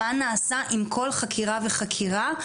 מה נעשה עם כל חקירה וחקירה,